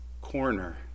corner